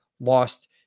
lost